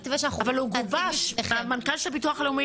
אבל הוא גובש, מנכ"ל הביטוח הלאומי הציג אותו.